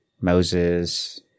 Moses